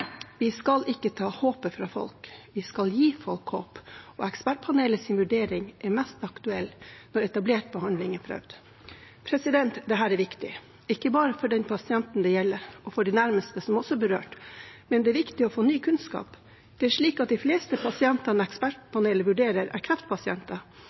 Vi skal ikke ta håpet fra folk; vi skal gi folk håp, og ekspertpanelets vurdering er mest aktuell når etablert behandling er prøvd. Dette er viktig, ikke bare for den pasienten det gjelder, og for de nærmeste, som også er berørt, men det er også viktig å få ny kunnskap. De fleste pasientene som ekspertpanelet vurderer, er kreftpasienter. At